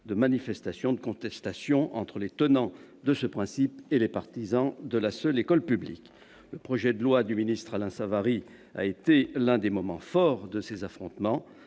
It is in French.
de manifestations et de contestations entre les tenants de ce principe et les partisans de la seule école publique. Le projet de loi du ministre Alain Savary a été l'un des moments forts de ces affrontements.